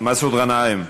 מסעוד גנאים,